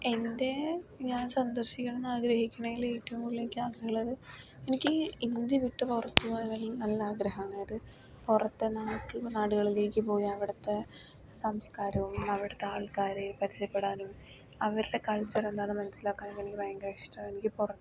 എൻ്റെ ഞാൻ സന്ദർശിക്കണം എന്ന് ആഗ്രഹിക്കുന്നതിൽ എനിക്ക് ഏറ്റവും കൂടുതൽ ആഗ്രഹം ഉള്ളത് എനിക്ക് ഇന്ത്യ വിട്ട് പുറത്തു പോകാൻ നല്ല ആഗ്രഹമാണ് അത് പുറത്തെല്ലാം നമുക്ക് മറ്റുള്ള നാടുകളിലേക്ക് പോയി അവിടുത്തെ സംസ്കാരവും അവിടുത്തെ ആളുക്കാരെയും പരിചയപ്പെടാനും അവരുടെ കൾച്ചർ എന്താണെന്ന് മനസ്സിലാക്കാനും എനിക്ക് ഭയങ്കര ഇഷ്ടമാണ് എനിക്ക് പുറത്ത്